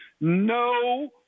no